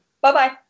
Bye-bye